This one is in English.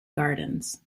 gardens